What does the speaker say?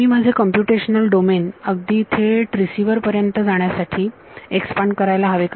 मी माझे computational domain अगदी थेट रिसिवर पर्यंत जाण्यासाठी एक्सपांड करायला हवे का